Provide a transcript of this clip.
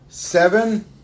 Seven